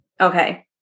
Okay